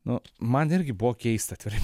nu man irgi buvo keista atvirai